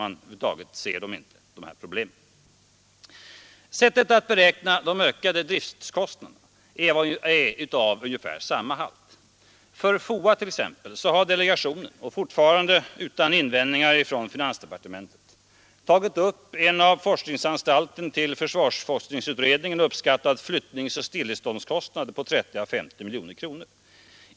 Man ser över huvud taget inte dessa problem. Sättet att beräkna de ökade driftkostnaderna är av ungefär samma halt. För t.ex. FOA har delegationen, fortfarande utan invändningar från finansdepartementet, tagit upp en av forskningsanstalten till försvarsforskningsutredningen uppskattad ”flyttningsoch stilleståndskostnad” på 30 å 50 miljoner kronor.